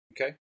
okay